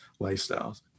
lifestyles